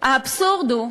האבסורד הוא,